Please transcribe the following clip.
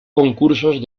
concursos